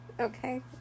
Okay